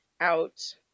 out